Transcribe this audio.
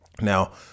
Now